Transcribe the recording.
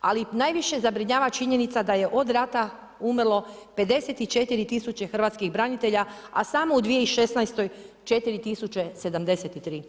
ali najviše zabrinjava činjenica da je od rata umrlo 54000 hrvatskih branitelja, a samo u 2016. 4073.